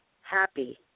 happy